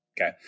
Okay